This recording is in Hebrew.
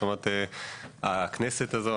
הכנסת הזו,